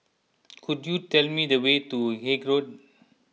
could you tell me the way to Haig Road